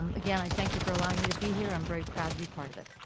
um again, i thank you for allowing me to be here, i'm very proud to be part of it.